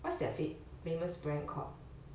what's their fa~ famous brand called